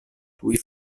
tuj